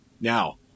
Now